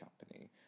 Company